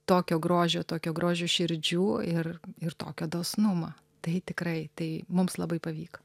tokio grožio tokio grožio širdžių ir ir tokio dosnumo tai tikrai tai mums labai pavyko